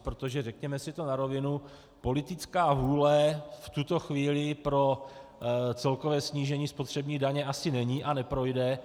Protože řekněme si to na rovinu, politická vůle v tuto chvíli pro celkové snížení spotřební daně asi není a neprojde.